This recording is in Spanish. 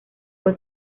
fue